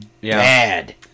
bad